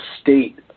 state